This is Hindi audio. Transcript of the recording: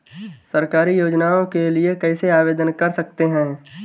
सरकारी योजनाओं के लिए कैसे आवेदन कर सकते हैं?